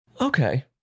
Okay